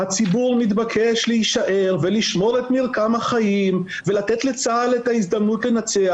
הציבור מתבקש להישאר ולשמור את מרקם החיים ולתת לצה"ל את ההזדמנות לנצח.